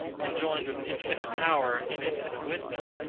conjoined with infinite power and infinite wisdom,